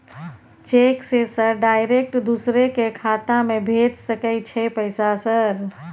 Cheque से sir direct दूसरा के खाता में भेज सके छै पैसा सर?